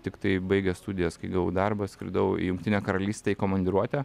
tiktai baigę studijas kai gavau darbą skridau į jungtinę karalystę į komandiruotę